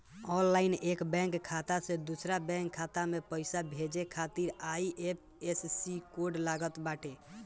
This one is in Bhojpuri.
ऑनलाइन एक बैंक खाता से दूसरा बैंक खाता में पईसा भेजे खातिर आई.एफ.एस.सी कोड लागत बाटे